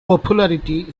popularity